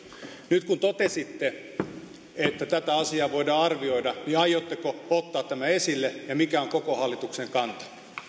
nyt kun totesitte että tätä asiaa voidaan arvioida niin aiotteko ottaa tämän esille ja mikä on koko hallituksen kanta